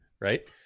Right